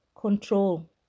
control